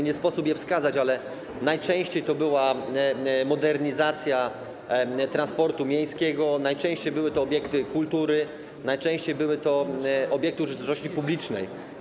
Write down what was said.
Nie sposób ich wskazać, ale najczęściej to była modernizacja transportu miejskiego, najczęściej były to obiekty kultury, najczęściej były to obiekty użyteczności publicznej.